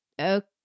okay